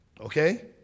Okay